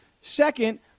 second